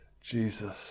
Jesus